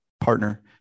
partner